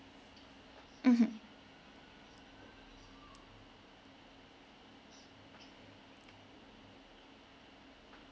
mmhmm